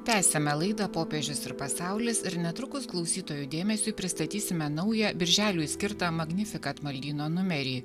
tęsiame laidą popiežius ir pasaulis ir netrukus klausytojų dėmesiui pristatysime naują birželiui skirtą magnifikat maldyno numerį